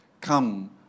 Come